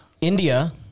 India